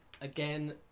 again